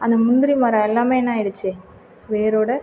அந்த முந்திரி மரம் எல்லாமே என்ன ஆயிடுச்சு வேரோட